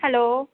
hello